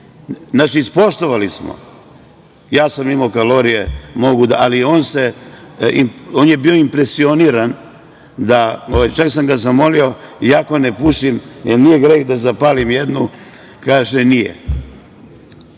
Znači, ispoštovali smo. Ja sam imao kalorije, mogao sam, ali on je bio impresioniran, čak sam ga zamolio, iako ne pušim, jel nije greh da zapalim jednu, kaže nije. Nosim